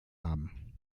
haben